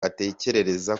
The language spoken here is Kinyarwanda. atekereza